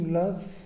love